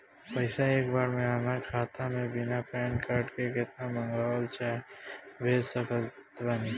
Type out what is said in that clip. पैसा एक बार मे आना खाता मे बिना पैन कार्ड के केतना मँगवा चाहे भेज सकत बानी?